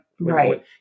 Right